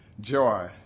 Joy